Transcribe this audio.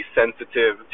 sensitive